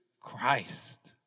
Christ